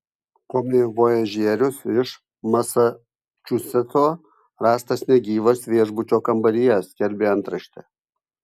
komivojažierius iš masačusetso rastas negyvas viešbučio kambaryje skelbė antraštė